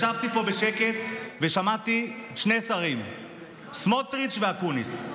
ישבתי פה בשקט ושמעתי שני שרים, סמוטריץ' ואקוניס.